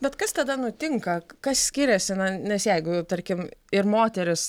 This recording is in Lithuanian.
bet kas tada nutinka kas skiriasi na nes jeigu tarkim ir moteris